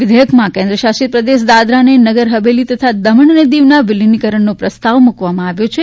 વિધેયકમાં કેન્દ્રશાસિત પ્રદેશ દાદરા અને નગરહવેલી તથા દમણ અને દીવના વિલીનીકરણનો પ્રસ્તાવ મૂકવામાં આવ્યો છે